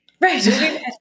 Right